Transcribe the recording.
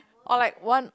or like one